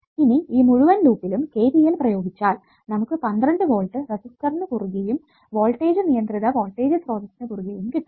ഇനി ഈ മുഴുവൻ ലൂപ്പിലും KVL പ്രയോഗിച്ചാൽ നമുക്ക് 12 വോൾട്ട് റെസിസ്റ്ററിനു കുറുകെയും വോൾടേജ് നിയന്ത്രിത വോൾടേജ് സ്രോതസിനു കുറുകെയും കിട്ടും